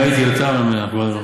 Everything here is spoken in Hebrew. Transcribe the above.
זה לא קמפיין.